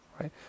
right